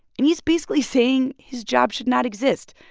and he's basically saying his job should not exist.